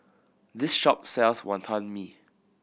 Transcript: this shop sells Wantan Mee